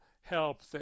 help